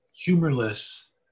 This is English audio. humorless